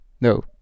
No